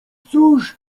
cóż